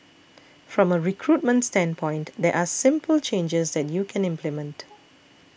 from a recruitment standpoint there are simple changes that you can implement